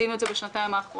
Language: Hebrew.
עשינו את זה בשנתיים האחרונות.